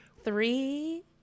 Three